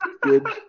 good